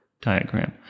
diagram